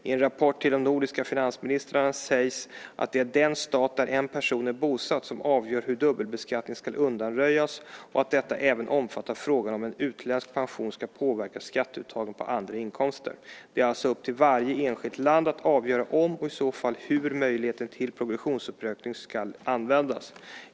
I en rapport till de nordiska finansministrarna sägs att det är den stat där en person är bosatt som avgör hur dubbelbeskattning ska undanröjas och att detta även omfattar frågan om en utländsk pension ska påverka skatteuttagen på andra inkomster. Det är alltså upp till varje enskilt land att avgöra om och i så fall hur möjligheten till progressionsuppräkning ska användas.